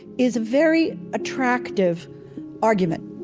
is a very attractive argument.